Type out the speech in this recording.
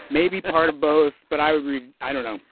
maybe part of both but i would read. i don't know.